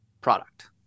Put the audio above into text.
product